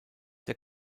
der